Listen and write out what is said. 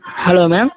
hello ma'am